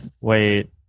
wait